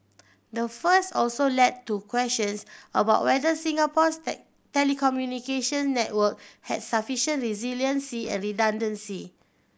the also led to questions about whether Singapore's telecommunications network has sufficient resiliency and redundancy